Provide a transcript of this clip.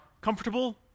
comfortable